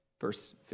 Verse